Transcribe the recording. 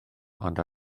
ond